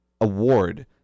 award